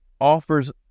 offers